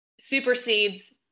supersedes